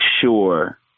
sure